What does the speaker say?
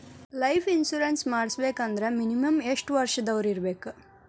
Life insurance ಮಾಡ್ಸ್ಬೇಕಂದ್ರ minimum ಯೆಷ್ಟ್ ವರ್ಷ ದವ್ರಿರ್ಬೇಕು?